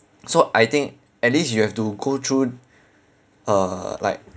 so I think at least you have to go through uh like